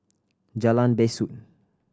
Jalan Besut